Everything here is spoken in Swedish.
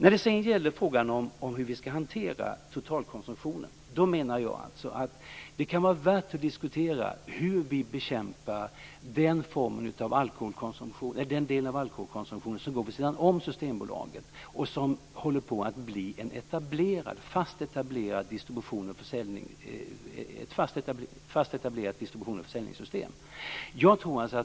Beträffande frågan hur vi skall hantera totalkonsumtionen anser jag att det kan vara värt att diskutera hur vi skall bekämpa den del av alkoholkonsumtionen som sker vid sidan om Systembolaget och som håller på att bli ett fast etablerat distributions och försäljningssystem.